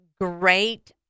great